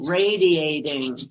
radiating